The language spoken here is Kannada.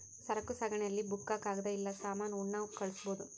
ಸರಕು ಸಾಗಣೆ ಅಲ್ಲಿ ಬುಕ್ಕ ಕಾಗದ ಇಲ್ಲ ಸಾಮಾನ ಉಣ್ಣವ್ ಕಳ್ಸ್ಬೊದು